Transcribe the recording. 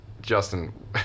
Justin